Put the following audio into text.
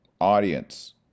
audience